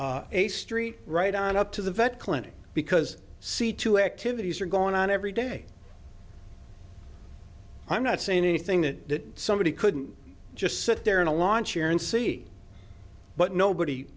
from a street right on up to the vet clinic because see two activities are going on every day i'm not saying anything that somebody couldn't just sit there in a lawn chair and see but nobody